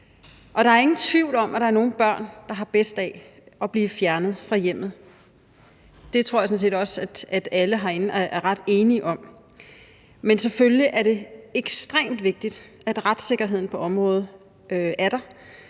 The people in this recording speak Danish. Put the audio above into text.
Der er ingen tvivl om, at der er nogle børn, der har bedst af at blive fjernet fra hjemmet. Det tror jeg sådan set også at alle herinde er ret enige om. Men selvfølgelig er det ekstremt vigtigt, at retssikkerheden på området er der,